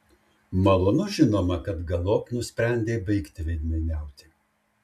malonu žinoma kad galop nusprendei baigti veidmainiauti